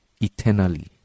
eternally